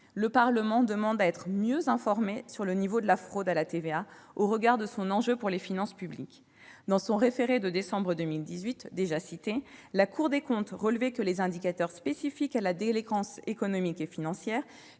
Le Parlement demande à être mieux informé sur le niveau de la fraude à la TVA, compte tenu de l'enjeu pour les finances publiques. Dans son référé du mois de décembre 2018, la Cour des comptes relevait que les indicateurs spécifiques à la délinquance économique et financière,